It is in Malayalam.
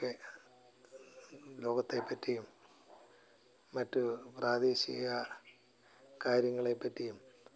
ഒക്കെ ലോകത്തെ പറ്റിയും മറ്റു പ്രാദേശിക കാര്യങ്ങളെ പറ്റിയും